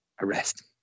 Arrest